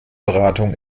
beratung